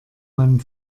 man